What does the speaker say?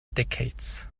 decades